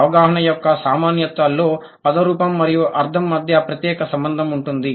అవగాహన యొక్క సామాన్యతలో పద రూపం మరియు అర్థం మధ్య ప్రత్యేక సంబంధం ఉంటుంది